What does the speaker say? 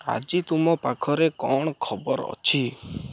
ଆଜି ତୁମ ପାଖରେ କ'ଣ ଖବର ଅଛି